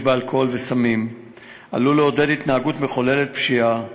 באלכוהול ובסמים עלול לעודד התנהגות מחוללת פשיעה.